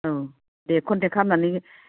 औ दे कन्टेक्ट खालामनानै